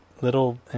little